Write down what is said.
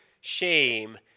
shame